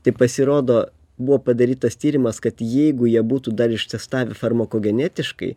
tai pasirodo buvo padarytas tyrimas kad jeigu jie būtų dar ištestavę farmakogenetiškai